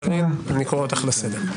קארין, אני קורא אותך לסדר.